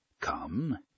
Come